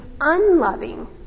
unloving